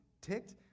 ticked